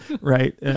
Right